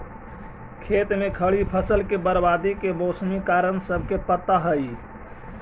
खेत में खड़ी फसल के बर्बादी के मौसमी कारण सबके पता हइ